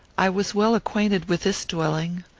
i was well acquainted with this dwelling.